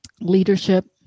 leadership